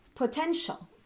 Potential